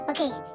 Okay